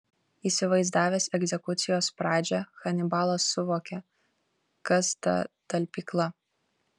įsivaizdavęs egzekucijos pradžią hanibalas suvokė kas ta talpykla